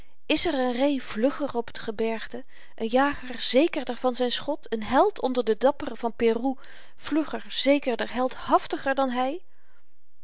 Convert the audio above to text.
is er een ree vlugger op t gebergte een jager zekerder van zyn schot een held onder de dapperen van peru vlugger zekerder heldhaftiger dan hy